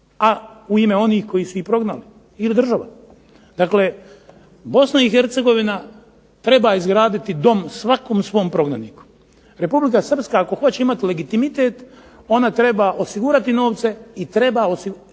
a u ime onih koji su ih prognali, država. Dakle, Bosna i Hercegovina treba izgraditi dom svakom svom prognaniku. Republika Srpska ako hoće imati legitimitet ona treba osigurati novce i treba proizvesti